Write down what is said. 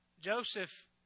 Joseph